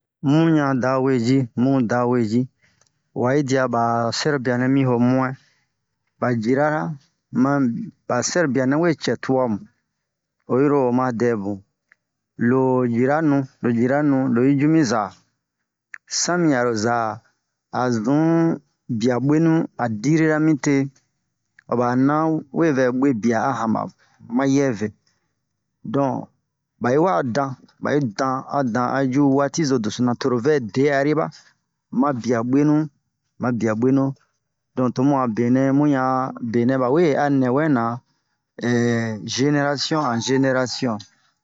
mun ɲan dawe ji mu dawe ji ba sɛrobia nɛ mi 'o muɛin ba jira la ma ba sɛrobia nɛ we cɛ tua'm oyiro ma dem lo jira nu lo jira nu lo ju mi za sami aro za a zunn bia ɓwenu a diririra mite aba na we vɛ ɓwe bia ahan ba ma yɛ ve dɔ ba'i wa dan ba'i dan a dan a ju wati zo deso na toro vɛ deariba mi bia ɓwenu ma bia ɓwenu dɔ to bu'a benɛ mu'a ɲan benɛ bawe a nɛ wɛna generasiɔ en generasiɔ